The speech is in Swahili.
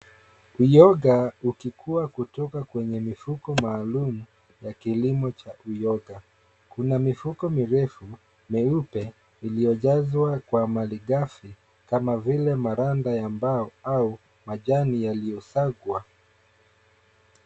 Uyoga ukikua kutoka kwenye mifuko maalum ya kilimo cha uyoga. Kuna mifuko mirefu meupe iliyojazwa kwa maligafi kama vile maganda ya mbao au majani yaliyosagwa.